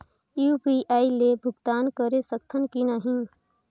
UPI ले भुगतान करे सकथन कि नहीं?